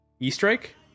E-Strike